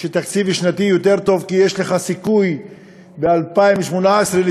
שהתקציב השנתי יהיה יותר טוב כי יש לך סיכוי ב-2018 לשפר,